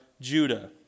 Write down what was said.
Judah